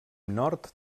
nord